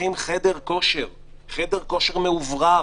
חדר כושר, חדר כושר מאוורר?